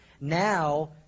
now